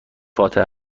فاخته